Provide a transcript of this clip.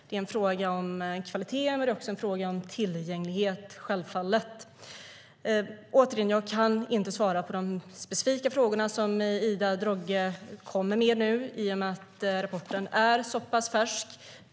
Det är en fråga om kvalitet, men det är självfallet också en fråga om tillgänglighet. Återigen: Jag kan inte svara på de specifika frågor som Ida Drougge nu ställer i och med att rapporten är så pass färsk.